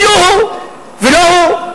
ולא הוא.